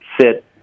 sit